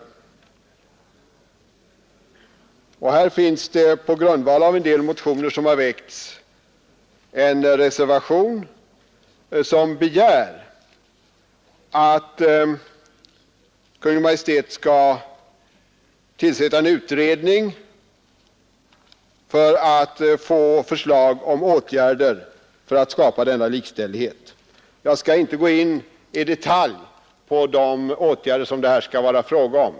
På grundval av väckta motioner har det i det fallet fogats en reservation till utskottets betänkande, i vilken det begärts att Kungl. Maj:t skall tillsätta en utredning för att få fram förslag om åtgärder som kan skapa denna likställighet. Jag skall här inte gå in i detalj på de åtgärder som det där kan bli fråga om.